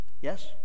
Yes